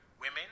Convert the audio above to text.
women